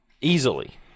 easily